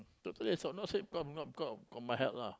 totally I stop not say cause bec~ because of my health lah